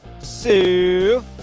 Sue